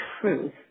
truth